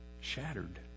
shattered